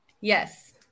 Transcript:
Yes